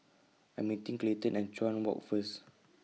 I Am meeting Clayton At Chuan Walk First